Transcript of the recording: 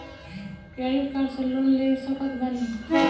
Credit card से loan ले सकत बानी?